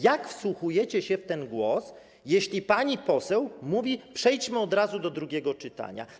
Jak wsłuchujecie się w ten głos, jeśli pani poseł mówi: Przejdźmy od razu do drugiego czytania?